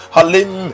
Halim